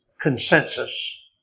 consensus